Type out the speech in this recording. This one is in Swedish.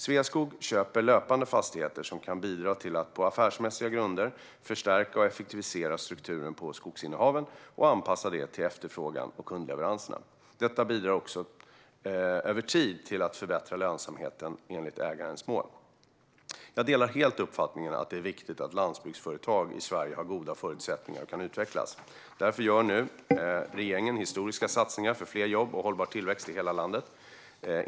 Sveaskog köper löpande fastigheter som kan bidra till att på affärsmässiga grunder förstärka och effektivisera strukturen på skogsinnehaven och anpassa den till efterfrågan och kundleveranserna. Detta bidrar också över tid till att förbättra lönsamheten enligt ägarens mål. Jag delar helt uppfattningen att det är viktigt att landsbygdsföretag i Sverige har goda förutsättningar och kan utvecklas. Därför gör nu regeringen historiska satsningar för fler jobb och hållbar tillväxt i hela landet.